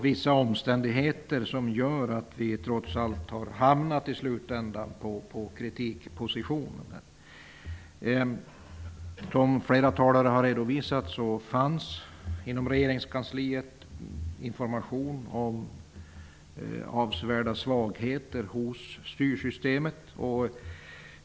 Vissa omständigheter gör att vi i slutändan har hamnat i en position där vi vill ge kritik. Som flera talare har redovisat fanns det information inom regeringskansliet om avsevärda svagheter i styrsystemet.